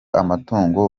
amatungo